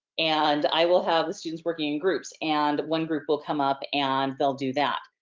and i will have the students working in groups. and one group will come up and they'll do that.